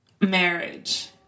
marriage